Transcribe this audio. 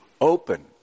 open